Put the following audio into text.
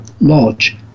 Lodge